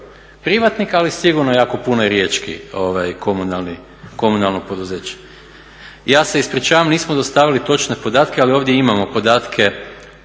Privatnik, ali sigurno i jako puno i riječko komunalno poduzeće. Ja se ispričavam nismo dostavili točne podatke ali ovdje imamo podatke